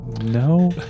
No